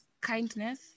Kindness